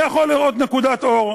אני יכול לראות נקודת אור,